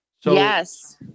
Yes